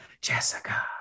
Jessica